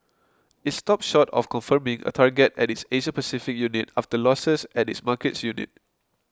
it stopped short of confirming a target at its Asia Pacific unit after losses at its markets unit